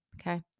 okay